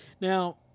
Now